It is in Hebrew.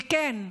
וכן,